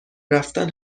رفتن